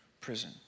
prison